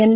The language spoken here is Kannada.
ಎನ್